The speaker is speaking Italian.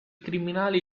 criminali